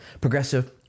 Progressive